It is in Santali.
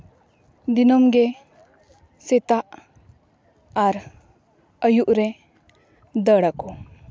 ᱫᱤᱱᱟᱹᱢ ᱜᱮ ᱥᱮᱛᱟᱜ ᱟᱨ ᱟᱹᱭᱩᱵ ᱨᱮ ᱫᱟᱹᱲ ᱟᱠᱚ